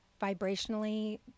vibrationally